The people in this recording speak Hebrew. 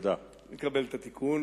אני מקבל את התיקון.